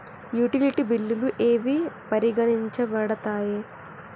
Utility బిల్లులు ఏవి పరిగణించబడతాయి?